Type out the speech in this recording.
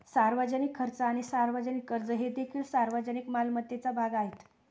सार्वजनिक खर्च आणि सार्वजनिक कर्ज हे देखील सार्वजनिक मालमत्तेचा भाग आहेत